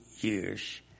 years